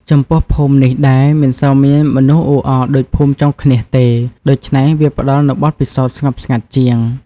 ចំពោះភូមិនេះដែរមិនសូវមានមនុស្សអ៊ូអរដូចភូមិចុងឃ្នៀសទេ ដូច្នេះវាផ្តល់នូវបទពិសោធន៍ស្ងប់ស្ងាត់ជាង។